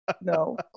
No